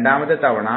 രണ്ടാമത്തെ തവണ